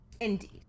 indeed